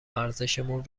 ارزشمون